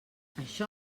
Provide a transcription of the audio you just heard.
això